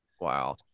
Wow